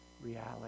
reality